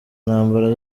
ntambara